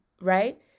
right